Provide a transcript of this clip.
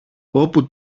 όπου